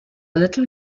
little